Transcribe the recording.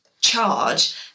charge